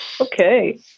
Okay